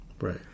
Right